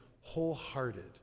wholehearted